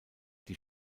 die